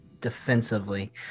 defensively